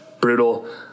brutal